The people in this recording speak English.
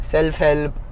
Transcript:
Self-help